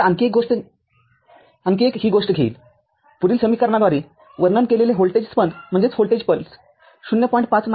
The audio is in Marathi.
तर आणखी एक ही गोष्ट घेईलपुढील समीकरणाद्वारे वर्णन केलेले व्होल्टेज स्पंद ०